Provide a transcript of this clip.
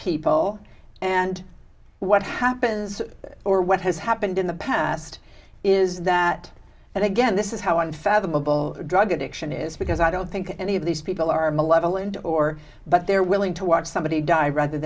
people and what happens or what has happened in the past is that and again this is how unfathomable drug addiction is because i don't think any of these people are malevolent or but they're willing to watch somebody die rather